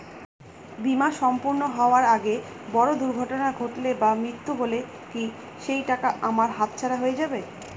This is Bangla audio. বীমা সম্পূর্ণ হওয়ার আগে বড় দুর্ঘটনা ঘটলে বা মৃত্যু হলে কি সেইটাকা আমার হাতছাড়া হয়ে যাবে?